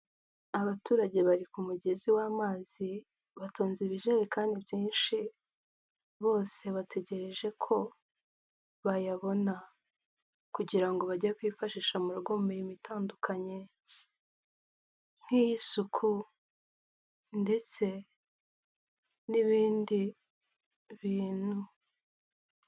Abaturage bari ku mugezi w'amazi, batonze ibijerekani byinshi, bose bategereje ko bayabona kugira ngo bajye kuyifashisha mu rugo mu mirimo itandukanye nk'iy'isuku ndetse n'ibindi bintu.